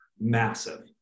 Massive